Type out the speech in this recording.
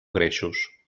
greixos